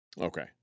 Okay